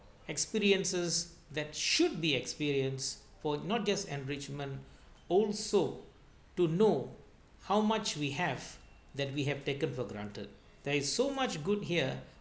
experiences that should be experienced for not just enrichment also to know how much we have that we have taken for granted there is so much good here